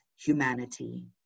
humanity